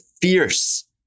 fierce